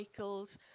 recycled